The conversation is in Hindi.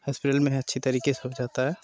हॉस्पिटल में है अच्छी तरीके से सब हो जाता है